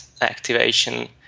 activation